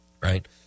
Right